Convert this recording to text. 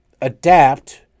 adapt